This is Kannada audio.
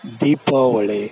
ದೀಪಾವಳಿ